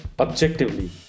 objectively